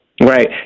Right